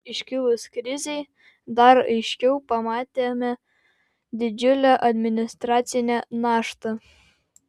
iškilus krizei dar aiškiau pamatėme didžiulę administracinę naštą